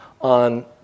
on